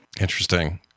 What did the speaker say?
Interesting